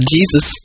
Jesus